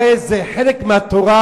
הרי זה חלק מהתורה,